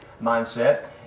mindset